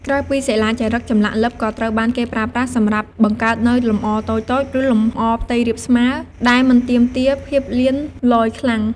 ក្រៅពីសិលាចារឹក ចម្លាក់លិបក៏ត្រូវបានគេប្រើប្រាស់សម្រាប់បង្កើតនូវ លម្អតូចៗ ឬលម្អផ្ទៃរាបស្មើ ដែលមិនទាមទារភាពលៀនលយខ្លាំង។